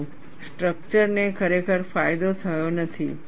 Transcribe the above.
પરંતુ સ્ટ્રક્ચર ને ખરેખર ફાયદો થયો નથી